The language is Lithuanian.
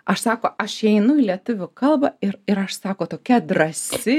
aš sako aš einu į lietuvių kalbą ir ir aš sako tokia drąsi